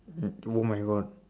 mm oh my god